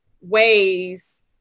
ways